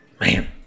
man